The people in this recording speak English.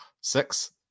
six